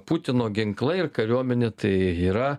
putino ginklai ir kariuomenė tai yra